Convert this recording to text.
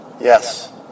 Yes